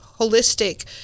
holistic